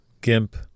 GIMP